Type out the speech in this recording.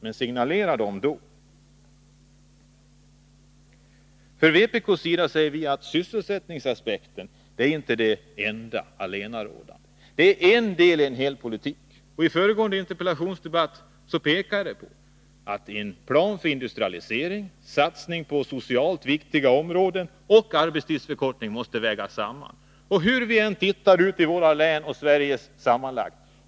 Men signalera dem då! Från vpk:s sida säger vi att sysselsättningsaspekten inte är allenarådande. Den är en del av en hel politik. I föregående interpellationsdebatt påpekade jag att en plan för industrialisering, satsning på socialt viktiga områden och arbetstidsförkortning måste vägas samman, hur vi än bedömer de olika länen och Sverige som helhet.